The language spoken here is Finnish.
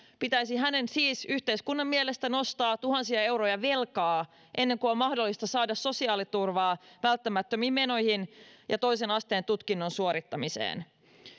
pitäisi hänen siis yhteiskunnan mielestä nostaa tuhansia euroja velkaa ennen kuin on mahdollista saada sosiaaliturvaa välttämättömiin menoihin ja toisen asteen tutkinnon suorittamiseen